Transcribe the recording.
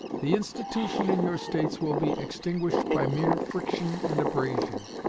the institution in your states will be extinguished by mere friction and abrasion,